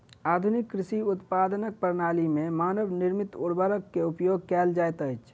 आधुनिक कृषि उत्पादनक प्रणाली में मानव निर्मित उर्वरक के उपयोग कयल जाइत अछि